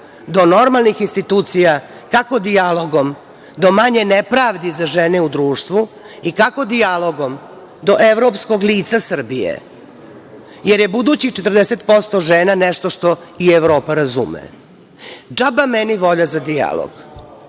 do normalnih institucija, kako dijalogom do manje nepravdi za žene u društvu i kako dijalogom do evropskog lica Srbije, jer je budućih 40% žena nešto što i Evropa razume. Džaba meni volja za dijalog